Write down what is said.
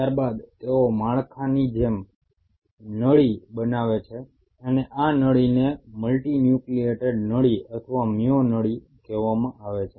ત્યાર બાદ તેઓ માળખાની જેમ નળી બનાવે છે અને આ નળીને મલ્ટી ન્યુક્લિએટેડ નળી અથવા મ્યો નળી કહેવામાં આવે છે